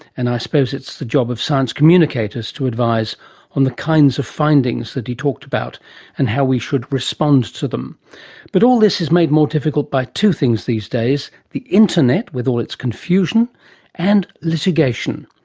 and i suppose it's the job of science communicators to advise on the kinds of findings that he talked about and how we could respond to them but all this is made more difficult by two things these days the internet with all its confusion and litigation.